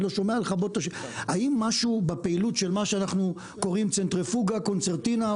האם משהו בפעילות של מה שאנחנו קוראים אינטגרציה